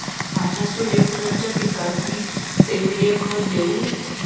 माझ्या सूर्यफुलाच्या पिकाक मी सेंद्रिय खत देवू?